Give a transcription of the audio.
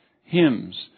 hymns